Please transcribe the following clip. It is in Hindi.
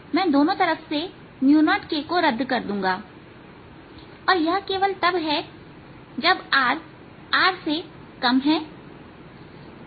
मैं दोनों तरफ से 0k को रद्द कर दूंगा और यह केवल तब है जब rR है